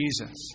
Jesus